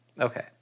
Okay